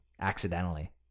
accidentally